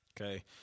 Okay